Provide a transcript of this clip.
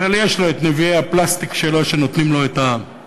אבל יש לו את נביאי הפלסטיק שלו שנותנים לו את הנבואות.